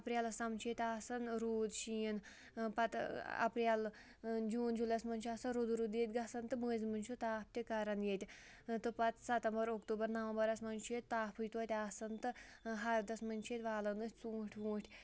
اپریلَس تام چھُ ییٚتہِ آسن روٗد شیٖن پَتہٕ اَپریلہٕ جوٗن جُلایَس منٛز چھُ آسان روٗدٕ روٗدٕ ییٚتہِ گژھن تہٕ مٔنٛزۍ مٔنٛزۍ چھُ تاپھ تہِ کران ییٚتہِ تہٕ پَتہٕ سَتمبر اکتوٗبر نَوَمبرَس منٛز چھُ ییٚتہِ تاپھٕے توتہِ آسن تہٕ ہردَس منٛز چھِ ییٚتہِ والن أسۍ ژوٗنٛٹھۍ ووٗنٹھۍ